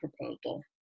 proposal